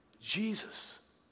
Jesus